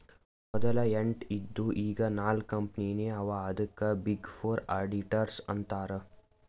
ಮದಲ ಎಂಟ್ ಇದ್ದು ಈಗ್ ನಾಕ್ ಕಂಪನಿನೇ ಅವಾ ಅದ್ಕೆ ಬಿಗ್ ಫೋರ್ ಅಡಿಟರ್ಸ್ ಅಂತಾರ್